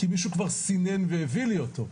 כי מישהו כבר סינן והביא לי אותו.